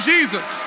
Jesus